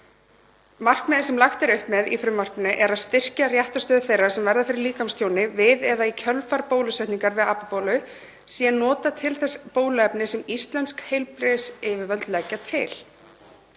Markmiðið sem lagt er upp með í frumvarpinu er að styrkja réttarstöðu þeirra sem verða fyrir líkamstjóni við eða í kjölfar bólusetningar við apabólu, sé notað til þess bóluefni sem íslensk heilbrigðisyfirvöld leggja til.